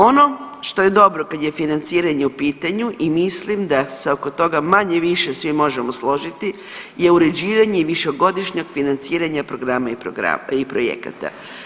Ono što je dobro kad je financiranje u pitanje i mislim da se oko toga manje-više svi možemo složiti je uređivanje višegodišnjeg financiranja programa i projekata.